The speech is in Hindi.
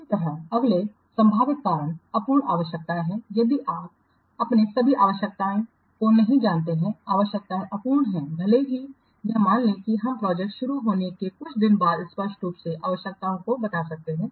इसी तरह अगले संभावित कारण अपूर्ण आवश्यकताएं हैं यदि आप अपने सभी आवश्यकताएँ को नहीं जानते हैं आवश्यकताएं अपूर्ण हैं भले ही यह मान लें कि हम प्रोजेक्ट शुरू होने के कुछ दिनों बाद स्पष्ट रूप से आवश्यकताओं को बता सकते हैं